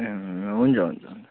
उम् हुन्छ हुन्छ